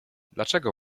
dlaczego